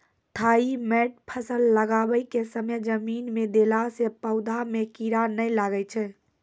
Thimet फ़सल लगाबै के समय जमीन मे देला से पौधा मे कीड़ा नैय लागै छै?